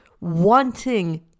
wanting